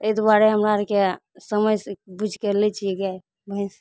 एहि दुआरे हमरा आरके समैझ बुइझ कऽ लै छियै गाए भैंस